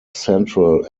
central